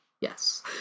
Yes